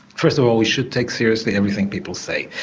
first of all we should take seriously everything people say,